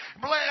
Bless